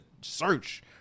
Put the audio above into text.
search